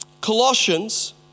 Colossians